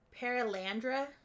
Paralandra